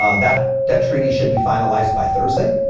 ah that that treaty should be finalized by thursday.